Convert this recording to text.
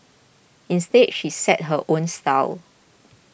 instead she sets her own style